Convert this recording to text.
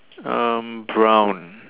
um brown